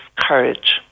courage